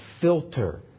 filter